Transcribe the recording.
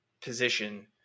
position